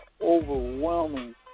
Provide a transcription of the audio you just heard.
overwhelming